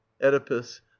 oedipus